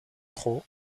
pro